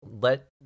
let